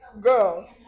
girl